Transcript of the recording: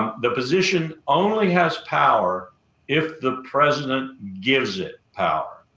the position only has power if the president gives it power.